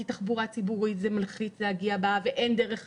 כי בתחבורה הציבורית זה מלחיץ להגיע ואין דרך אחרת,